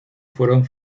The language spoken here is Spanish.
fueron